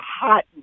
hot